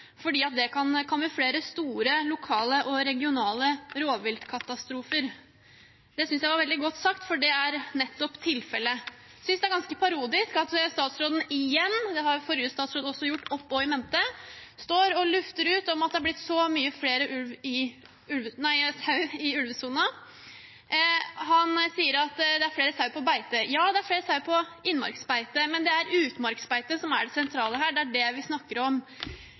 fordi det kan kamuflere store lokale og regionale rovviltkatastrofer. – Det syntes jeg var veldig godt sagt, for det er nettopp tilfellet. Jeg synes det er ganske parodisk at statsråden igjen, det gjorde også forrige statsråd opp og i mente, står og lufter ut om at det er blitt så mange flere sauer i ulvesona. Han sier det er flere sauer på beite. Ja, det er flere sauer på innmarksbeite, men det er utmarksbeite som er det sentrale her – det er det vi snakker om.